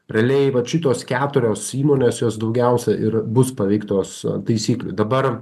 realiai vat šitos keturios įmonės jos daugiausia ir bus paveiktos taisyklių dabar